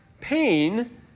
pain